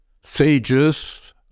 sages